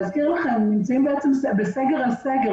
להזכירכם, למעשה, הם נמצאים בסגר על סגר.